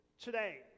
today